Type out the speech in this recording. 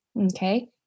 Okay